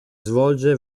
svolge